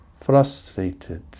frustrated